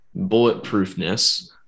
bulletproofness